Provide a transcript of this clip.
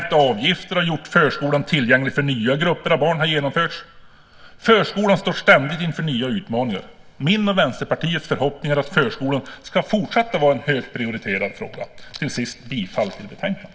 Sänkta avgifter har gjort förskolan tillgänglig för nya grupper av barn. Förskolan står ständigt inför nya utmaningar. Min och Vänsterpartiets förhoppning är att förskolan ska fortsätta att vara en högprioriterad fråga. Jag yrkar bifall till förslaget i betänkandet.